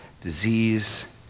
disease